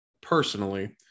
personally